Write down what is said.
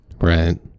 right